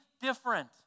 different